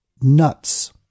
nuts